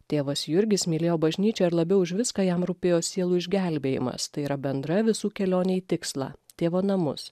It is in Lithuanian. tėvas jurgis mylėjo bažnyčią ir labiau už viską jam rūpėjo sielų išgelbėjimas tai yra bendra visų kelionė į tikslą tėvo namus